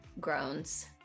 groans